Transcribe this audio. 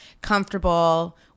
comfortable